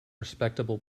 respectable